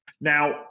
Now